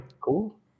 cool